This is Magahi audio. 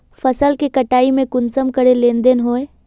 फसल के कटाई में कुंसम करे लेन देन होए?